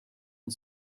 and